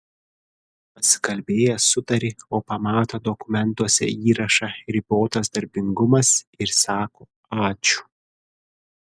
pasikalbėjęs sutari o pamato dokumentuose įrašą ribotas darbingumas ir sako ačiū